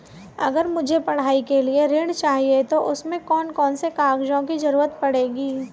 अगर मुझे पढ़ाई के लिए ऋण चाहिए तो उसमें कौन कौन से कागजों की जरूरत पड़ेगी?